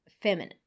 feminine